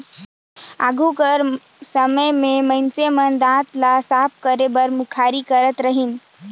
आघु कर समे मे सब मइनसे मन दात ल साफ करे बर मुखारी करत रहिन